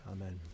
amen